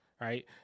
Right